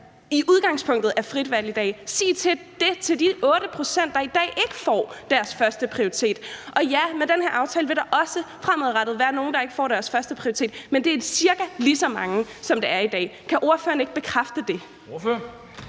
i udgangspunktet er frit valg i dag. Sig det til de 8 pct., der i dag ikke får deres førsteprioritet. Og ja, med den her aftale vil der også fremadrettet være nogen, der ikke får deres førsteprioritet, men det er cirka lige så mange, som det er i dag. Kan ordføreren ikke bekræfte det?